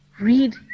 read